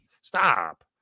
stop